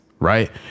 Right